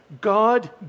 God